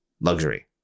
luxury